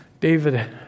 David